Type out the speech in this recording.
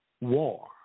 war